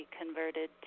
converted